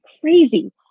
crazy